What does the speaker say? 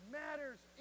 matters